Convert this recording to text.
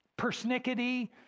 persnickety